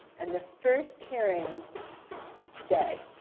and the first hearing was today.